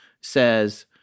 says